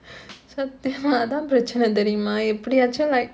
சத்தியமா அதா பிரச்சன தெரிமா எப்பிடியாச்சு:sathiyamaa athaa pirachana therimaa eppidiyaachu like